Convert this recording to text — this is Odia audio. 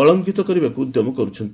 କଳଙ୍କିତ କରିବାକୁ ଉଦ୍ୟମ କରୁଛନ୍ତି